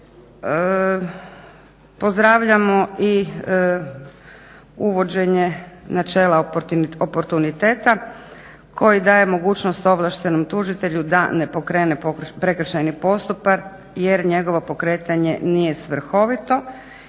pozdravljamo i uvođenje načela oportuniteta koji daje mogućnost ovlaštenom tužitelju da ne pokrene prekršajni postupak jer njegovo pokretanje nije svrhovito